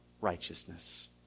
righteousness